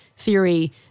theory